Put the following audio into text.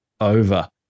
over